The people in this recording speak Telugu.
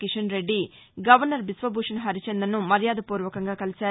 కిషన్ రెడ్డి గవర్నర్ బీశ్వశూషణ్ హరిచందన్ను మర్యాదర పూర్వకంగా కలిశారు